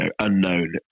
unknown